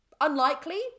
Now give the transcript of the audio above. unlikely